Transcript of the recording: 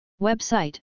Website